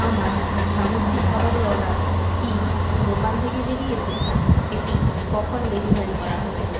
আমার সামুদ্রিক খাবারের অর্ডার কি দোকান থেকে বেরিয়েছে এটি কখন ডেলিভারি করা হবে